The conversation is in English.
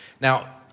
Now